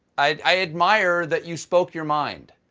i admire that you spoke your mind.